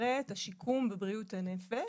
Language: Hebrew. שנקראת השיקום בבריאות הנפש.